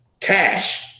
cash